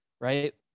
right